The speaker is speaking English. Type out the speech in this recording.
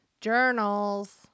Journals